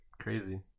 crazy